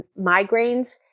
migraines